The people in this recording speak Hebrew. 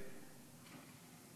".